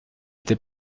n’est